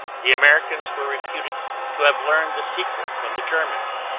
the americans were reputed to have learned the secret from the germans,